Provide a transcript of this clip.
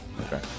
Okay